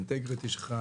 האינטגריטי שלך,